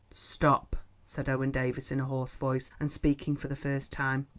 stop, said owen davies in a hoarse voice, and speaking for the first time.